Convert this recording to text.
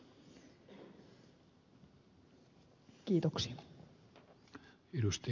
arvoisa puhemies